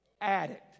addict